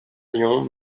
lyon